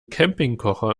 campingkocher